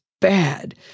bad